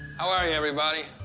how are you, everybody?